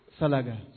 Salaga